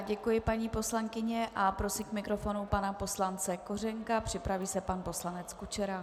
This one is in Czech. Děkuji, paní poslankyně, a prosím k mikrofonu pana poslance Kořenka, připraví se pan poslanec Kučera.